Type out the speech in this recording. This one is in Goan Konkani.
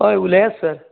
हय उलयात सर